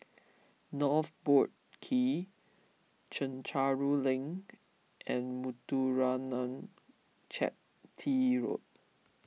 North Boat Quay Chencharu Link and Muthuraman Chetty Road